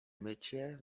mycie